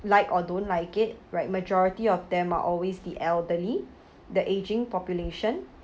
like or don't like it right majority of them are always the elderly the aging population